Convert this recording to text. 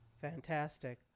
Fantastic